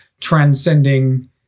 transcending